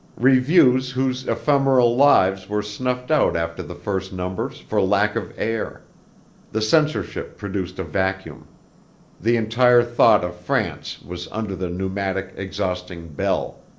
reviews whose ephemeral lives were snuffed out after the first numbers for lack of air the censorship produced a vacuum the entire thought of france was under the pneumatic exhausting bell.